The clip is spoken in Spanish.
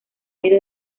ido